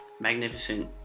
magnificent